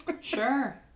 sure